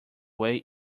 way